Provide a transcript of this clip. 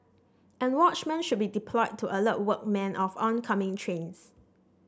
and watchmen should be deployed to alert workmen of oncoming trains